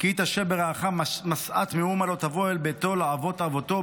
"כי תשה ברעך משאת מאומה לא תבֹא אל ביתו לעבֹט עבֹטו,